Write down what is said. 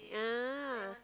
ah